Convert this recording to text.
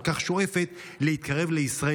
כל כך שואפת להתקרב לישראל,